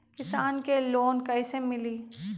किसान के लोन कैसे मिली?